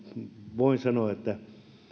voin sanoa että